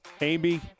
Amy